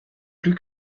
plus